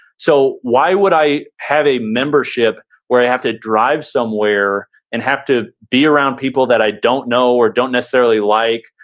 so why would i have a membership where i have to drive somewhere and have to be around people that i don't know or don't necessarily like,